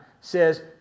says